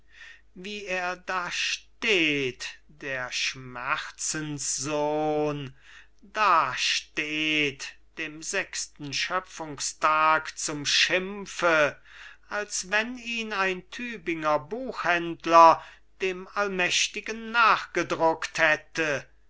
wie er dasteht der schmerzenssohn dasteht dem sechsten schöpfungstag zum schimpfe als wenn ihn ein tübinger buchhändler dem allmächtigen nachgedruckt hätte